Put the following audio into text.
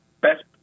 best